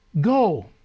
Go